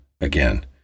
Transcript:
again